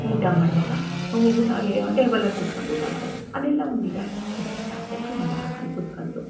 ಊಟ ಮಾಡುವಾಗ ಊಟ ಏ ಟೇಬಲಲ್ಲಿ ಕೂತ್ಕೊಂಡು ಊಟ ಮಾಡೋದು ಅದೆಲ್ಲ ಒಂದು ಇದು ಅಚ್ಕಟ್ಟಾಗಿ ಚಕ್ಕಲಮಕ್ಕಲ ಹಾಕ್ಕೊಂಡು ಕೂತ್ಕಂತು